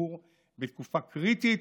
בציבור בתקופה קריטית.